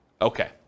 Okay